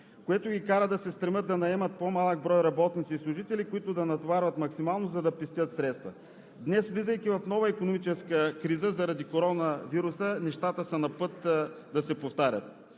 което ги кара да се стремят да наемат по-малък брой работници и служители, които да натоварват максимално, за да пестят средства. Днес, влизайки в нова икономическа криза заради коронавируса, нещата са на път да се повторят.